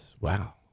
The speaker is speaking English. Wow